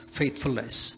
faithfulness